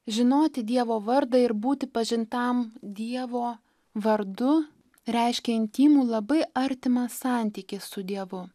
žinoti dievo vardą ir būti pažintam dievo vardu reiškia intymų labai artimą santykį su dievu